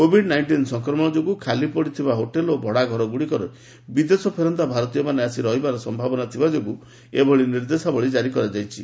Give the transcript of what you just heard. Covid nineteen ସଂକ୍ରମଣ ଯୋଗୁଁ ଖାଲି ପଡ଼ିଥିବା ହୋଟେଲ୍ ଓ ଭଡ଼ା ଘର ଗୁଡ଼ିକରେ ବିଦେଶ ଫେରନ୍ତା ଭାରତୀୟମାନେ ଆସି ରହିବାର ସମ୍ଭାବନା ଥିବା ଯୋଗୁଁ ଏଭଳି ନିର୍ଦ୍ଦେଶାବଳୀ କାରି କରାଯାଇଛି